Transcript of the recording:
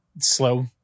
slow